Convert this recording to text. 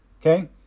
Okay